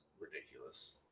ridiculous